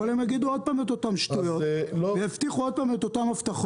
אבל הם יגידו עוד פעם את אותן שטויות ויבטיחו עוד פעם את אותן הבטחות.